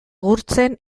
gurtzen